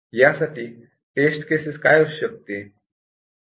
यासाठी test case काय असू शकते